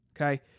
Okay